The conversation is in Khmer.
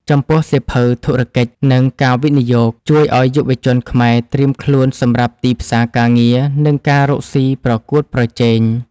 ចំពោះ សៀវភៅ ធុរកិច្ច និងការវិនិយោគ ជួយឱ្យយុវជនខ្មែរត្រៀមខ្លួនសម្រាប់ទីផ្សារការងារ និងការរកស៊ីប្រកួតប្រជែង។